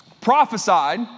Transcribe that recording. prophesied